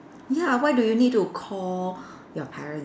ya why do you need to call your parents